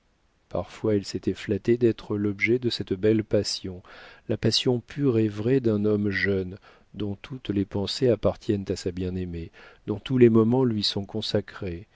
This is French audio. parfois elle s'était flattée d'être l'objet de cette belle passion la passion pure et vraie d'un homme jeune dont toutes les pensées appartiennent à sa bien-aimée dont tous les moments lui sont consacrés